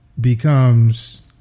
becomes